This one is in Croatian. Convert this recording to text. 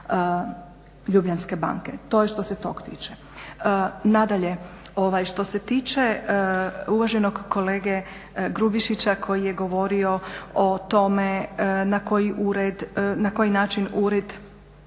Ljubljanske banke. To je što se toga tiče. Nadalje, što se tiče uvaženog kolege Grubišića koji je govorio o tome na koji način ured